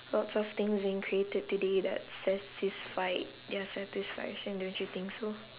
lots of things being created today that satisfied their satisfaction don't you think so